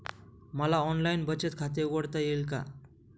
मला ऑनलाइन बचत खाते उघडता येईल का?